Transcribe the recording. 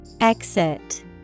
Exit